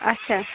اچھا